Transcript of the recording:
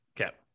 Okay